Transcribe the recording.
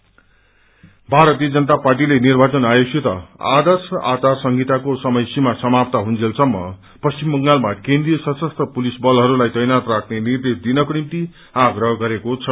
BJP Bharatiya Janata पार्टीले निर्वाचन आयोगसित आदर्श आचार संहिताको समय सीमा समाप्त हुँजेलसम्म पश्चिम बंगालमा केन्द्रिय सशस्त्र पुलिस बलहरूलाई तैनात रहने निर्देश दिनको निभ्ति आप्रह गरेको छ